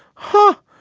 huh?